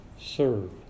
serve